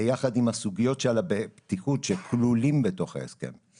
ביחד עם הסוגיות של בטיחות שכלולות בתוך ההסכם,